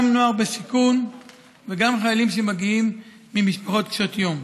גם נוער בסיכון וגם חיילים שמגיעים ממשפחות קשות יום.